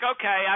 okay